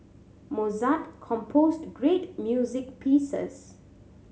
mozart composed great music pieces